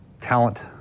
talent